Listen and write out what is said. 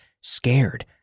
scared